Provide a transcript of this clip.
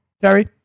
Terry